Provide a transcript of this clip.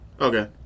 Okay